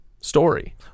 Story